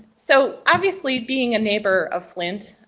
so obviously being a neighbor of flint,